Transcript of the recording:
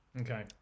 Okay